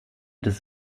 des